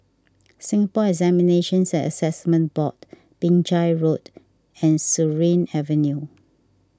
Singapore Examinations and Assessment Board Binjai Road and Surin Avenue